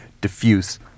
diffuse